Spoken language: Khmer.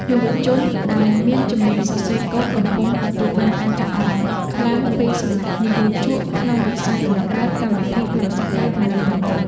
យុវជនដែលមានជំនាញសរសេរកូដកំពុងទទួលបានការចាប់អារម្មណ៍ខ្លាំងពីសំណាក់និយោជកក្នុងវិស័យបង្កើតកម្មវិធីទូរស័ព្ទដៃទំនើបៗ។